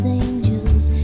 angels